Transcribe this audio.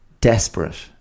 desperate